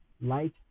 Light